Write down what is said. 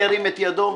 ירים את ידו.